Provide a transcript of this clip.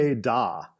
Da